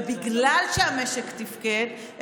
ובגלל שהמשק תפקד,